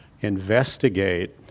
investigate